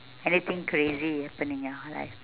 anything crazy happen in your life